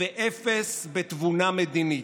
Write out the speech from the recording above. אפס בחוכמה ואפס בתבונה מדינית.